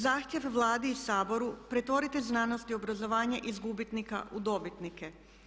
Zahtjev Vladi i Saboru pretvorite znanost i obrazovanje iz gubitnika u dobitnike.